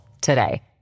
today